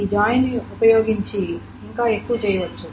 ఈ జాయిన్ ఉపయోగించి ఇంకా ఎక్కువ చేయవచ్చు